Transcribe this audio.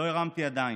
לא הרמתי ידיים.